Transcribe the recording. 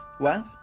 wang?